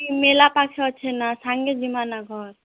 ଇ ମେଲା ପାଖେ ଅଛ ନା ସାଙ୍ଗେ ଯିବା ନା କ'ଣ